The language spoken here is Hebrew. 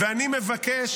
ואני מבקש